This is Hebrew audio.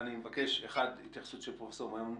אני מבקש אחד התייחסות של פרופ' מימון.